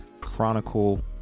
chronicle